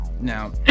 Now